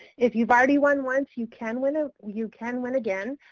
if you've already won once, you can win ah you can win again.